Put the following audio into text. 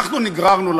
אנחנו כולנו חיים